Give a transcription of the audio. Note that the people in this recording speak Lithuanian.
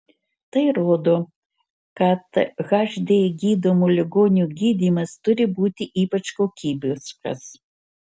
tai rodo kad hd gydomo ligonio gydymas turi būti ypač kokybiškas